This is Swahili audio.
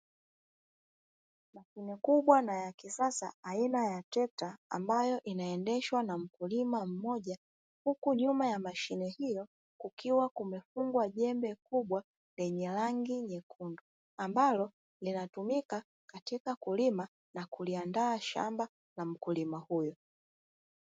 Mashine kubwa na ya kisasa aina ya trekta ambayo inaendeshwa na mkulima mmoja, huku nyuma ya mashine hiyo kukiwa kumefungwa jembe kubwa lenye rangi nyekundu ambalo linatumika katika kulima na kuliandaa shamba ya mkulima huyo.